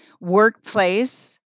Workplace